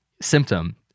symptom